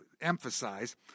emphasize